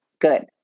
good